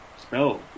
Spell